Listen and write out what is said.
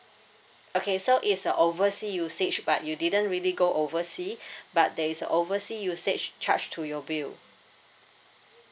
okay so it's a oversea usage but you didn't really go oversea but there is oversea usage charged to your bill